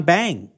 Bang